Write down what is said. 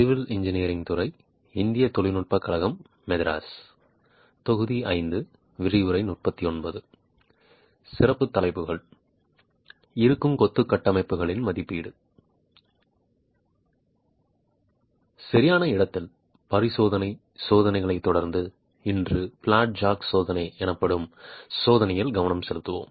சரியான இடத்தில் பரிசோதனை சோதனைகளைத் தொடர்ந்து இன்று பிளாட் ஜாக் சோதனை எனப்படும் சோதனையில் கவனம் செலுத்துவோம்